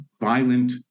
violent